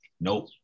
nope